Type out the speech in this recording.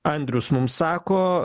andrius mums sako